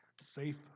safe